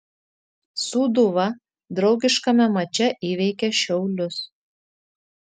sūduva draugiškame mače įveikė šiaulius